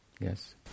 Yes